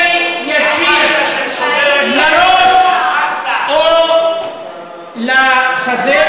או בירי ישיר לראש או לחזה,